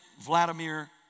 Vladimir